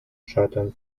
scheitern